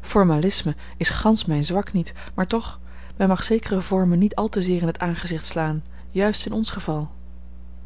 formalisme is gansch mijn zwak niet maar toch men mag zekere vormen niet al te zeer in het aangezicht slaan juist in ons geval